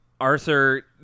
Arthur